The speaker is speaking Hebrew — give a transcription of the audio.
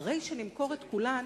אחרי שנמכור את כולן,